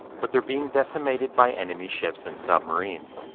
but they're being decimated by enemy ships and submarines.